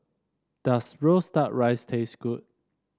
does roast duck rice taste good